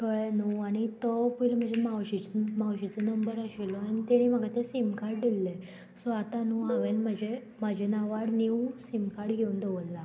कळ्ळें न्हू आनी तो पयलो म्हज्या मावशेचो मावशीचो नंबर आशिल्लो आनी तेणी म्हाका ते सीम कार्ड दिल्ले सो आतां न्हू हांवें म्हजे म्हाजे नांवार नीव सीम कार्ड घेवन दवरला